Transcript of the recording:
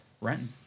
Renton